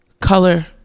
color